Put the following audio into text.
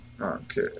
Okay